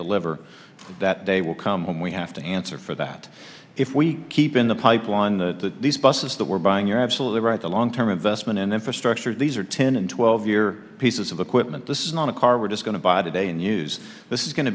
deliver that they will come home we have to answer for that if we keep in the pipeline the these buses that we're buying you're absolutely right the long term investment in infrastructure these are ten and twelve year pieces of equipment this is not a car we're just going to buy today and use this is going to